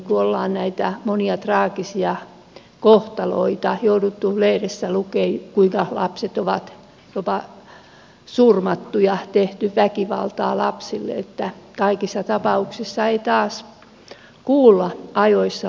olemme näitä monia traagisia kohtaloita joutuneet lehdestä lukemaan kuinka lapset on jopa surmattu ja tehty väkivaltaa lapsille että kaikissa tapauksissa ei taas kuulla ajoissa lapsen hätää